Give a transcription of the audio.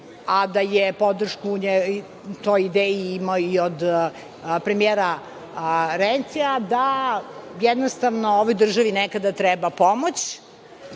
a da je podršku toj ideji imao i od premijera Rencija, da jednostavno ovoj državi nekada treba pomoć